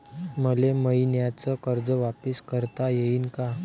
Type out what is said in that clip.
मले मईन्याचं कर्ज वापिस करता येईन का?